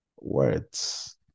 Words